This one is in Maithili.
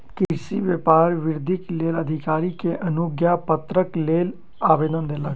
कृषक व्यापार वृद्धिक लेल अधिकारी के अनुज्ञापत्रक लेल आवेदन देलक